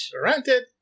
Granted